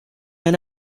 and